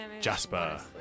Jasper